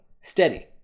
steady